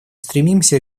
стремимся